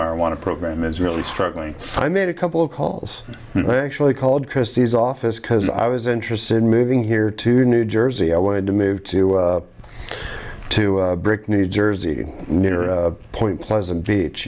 marijuana program is really struggling i made a couple of calls and i actually called christie's office because i was interested in moving here to new jersey i wanted to move to to break new jersey near a point pleasant beach